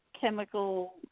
chemical